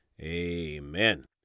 Amen